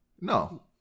No